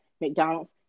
McDonald's